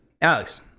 alex